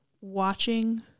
watching